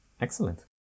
excellent